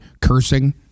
cursing